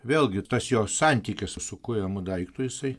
vėlgi tas jo santykis su kuriamu daiktu jisai